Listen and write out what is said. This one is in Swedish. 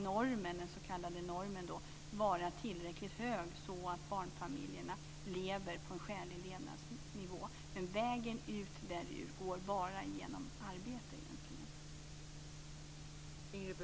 Den s.k. normen ska vara tillräckligt hög så att barnfamiljerna lever på en skälig levnadsnivå. Men vägen ut går egentligen bara genom arbete.